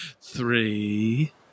Three